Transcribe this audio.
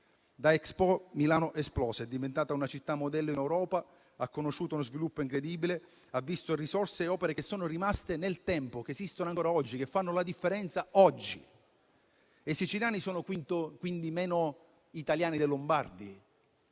Da Expo Milano è esplosa, è diventata una città modello in Europa, ha conosciuto uno sviluppo incredibile e ha visto risorse e opere che sono rimaste nel tempo, esistono ancora oggi e fanno la differenza. I siciliani sono quindi meno italiani dei lombardi?